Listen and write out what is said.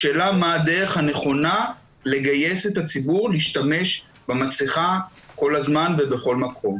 השאלה מה הדרך הנכונה לגייס את הציבור להשתמש במסכה כל הזמן ובכל מקום.